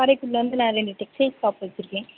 காரைக்குடியில வந்து நான் ரெண்டு டெக்ஸ்ட்டைல் ஷாப் வச்சியிருக்கேன்